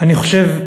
אני חושב,